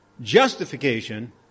Justification